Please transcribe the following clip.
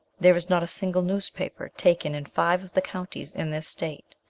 there is not a single newspaper taken in five of the counties in this state.